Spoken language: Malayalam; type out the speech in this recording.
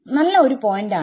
നല്ല ഒരു പോയിന്റ് ആണ്